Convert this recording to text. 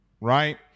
Right